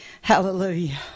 Hallelujah